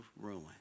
ruin